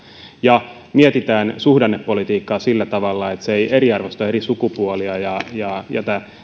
ja että mietimme suhdannepolitiikkaa sillä tavalla että se ei eriarvoista eri sukupuolia ja ja jätä